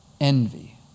envy